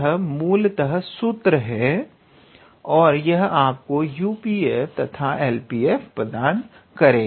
तो यह मूलतः सूत्र हैं और यह आपको U P f तथा L P f प्रदान करेगा